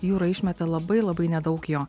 jūra išmeta labai labai nedaug jo